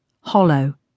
hollow